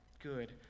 Good